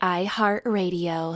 iHeartRadio